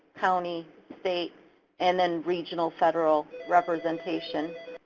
county, state and then regional, federal representation.